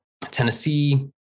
Tennessee